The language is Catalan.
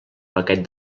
paquet